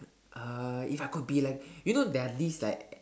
uh if I could be like you know there are these like